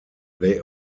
they